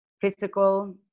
physical